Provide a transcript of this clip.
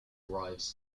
arrives